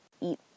eat